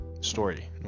story